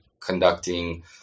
conducting